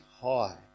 high